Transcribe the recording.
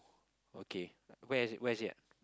okay where is where is it ah